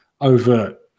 overt